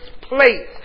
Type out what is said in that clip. place